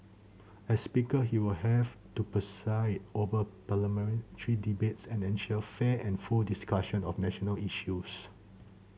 as speaker he will have to preside over debates and ensure fair and full discussion of national issues